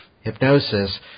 hypnosis